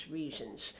reasons